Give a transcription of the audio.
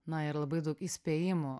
na ir labai daug įspėjimų